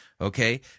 okay